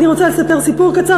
אני רוצה לספר סיפור קצר,